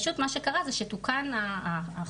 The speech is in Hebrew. פשוט מה שקרה זה שתוקן החוק,